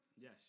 Yes